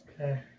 Okay